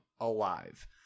alive